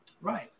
Right